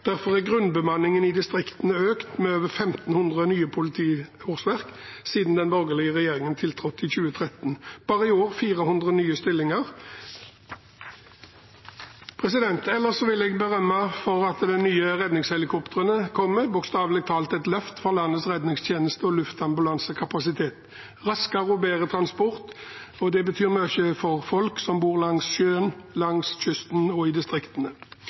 Derfor har grunnbemanningen i distriktene økt med over 1 500 nye politiårsverk siden den borgerlige regjeringen tiltrådte i 2013 – 400 nye stillinger bare i år. Ellers vil jeg berømme at de nye redningshelikoptrene kommer. Det er bokstavelig talt et løft for landets redningstjeneste og luftambulansekapasitet. Det vil bidra til raskere og bedre transport, og det betyr mye for folk som bor langs sjøen, langs kysten og i distriktene.